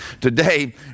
Today